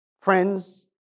Friends